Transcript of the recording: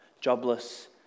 jobless